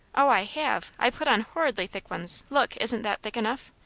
o, i have! i put on horridly thick ones look! isn't that thick enough?